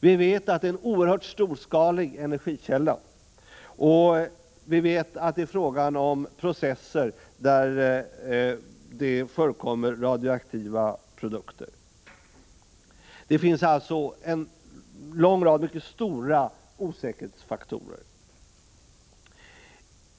Vi vet att det gäller en oerhört storskalig energikälla och att det är fråga om processer där radioaktiva produkter förekommer. Det finns alltså en lång rad stora osäkerhetsfaktorer.